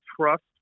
trust